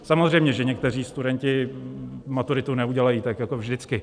Samozřejmě že někteří studenti maturitu neudělají, tak jako vždycky.